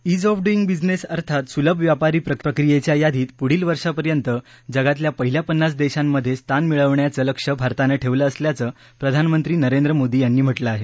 ease of doing business अर्थात सुलभ व्यापारी प्रक्रियेच्या यादीत पुढल्यावर्षीपर्यंत जगातल्या पहिल्या पन्नास देशांमध्ये स्थान मिळवण्याचं लक्ष्य भारतानं ठेवलं असल्याचं प्रधानमंत्री नरेंद्र मोदी यांनी म्हटलं आहे